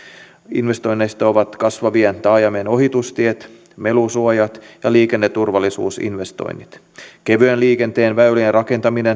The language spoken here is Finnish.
investoinneista ovat kasvavien taajamien ohitustiet melusuojat ja liikenneturvallisuusinvestoinnit kevyen liikenteen väylien rakentaminen